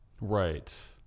right